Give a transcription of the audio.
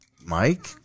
Mike